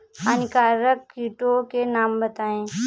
हानिकारक कीटों के नाम बताएँ?